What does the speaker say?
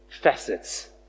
facets